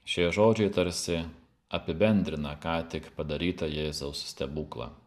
šie žodžiai tarsi apibendrina ką tik padarytą jėzaus stebuklą